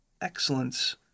excellence